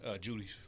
Judy's